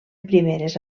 primeres